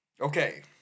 Okay